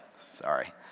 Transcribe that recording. Sorry